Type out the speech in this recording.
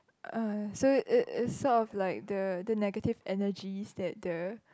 uh so it is sort of like the the negative energies that the